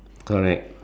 correct